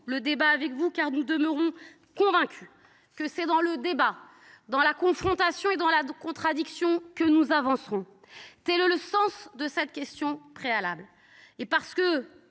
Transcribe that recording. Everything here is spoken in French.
bout avec vous, car nous demeurons convaincus que c’est dans le débat, dans la confrontation et dans la contradiction que nous avancerons. Tel est le sens de cette motion visant à opposer